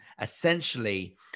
essentially